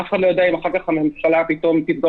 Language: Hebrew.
אף אחד לא יודע אם אחר-כך הממשלה פתאום תסגור